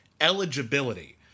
eligibility